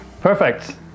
Perfect